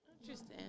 Interesting